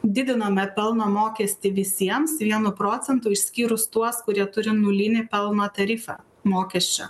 didiname pelno mokestį visiems vienu procentu išskyrus tuos kurie turi nulinį pelno tarifą mokesčio